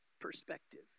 perspective